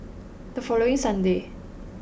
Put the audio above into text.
the following sunday